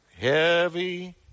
heavy